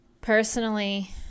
Personally